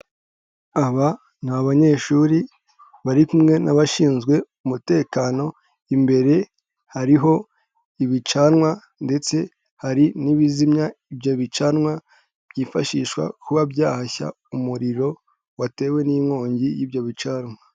Aba ni abanyeshuri bari kumwe n'abashinzwe umutekano, imbere hariho ibicanwa ndetse hari n'ibizimya ibyo bicanwa, byifashishwa kuba byahashya umuriro watewe n'inkongi y'ibyo bicanwa.